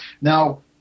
Now